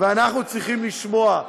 אנחנו צריכים לשמוע,